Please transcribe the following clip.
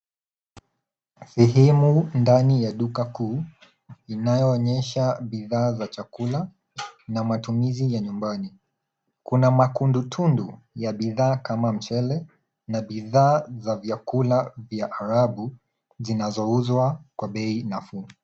Sehemu ndani ya duka kuu inayoonyesha bidhaa za chakula na matumizi ya nyumbani. Kuna makundi tundu ya bidhaa kama mchele na bidhaa za vyakula vya arabu zinazouzwa kwa bei nafuu.